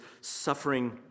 suffering